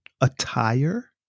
Attire